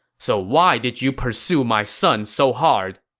so why did you pursue my son so hard?